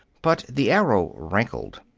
but the arrow rankled.